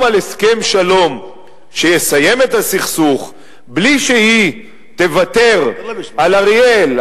על הסכם שלום שיסיים את הסכסוך בלי שהיא תוותר על אריאל,